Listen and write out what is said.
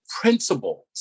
principles